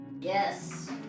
Yes